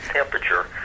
temperature